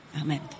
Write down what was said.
Amen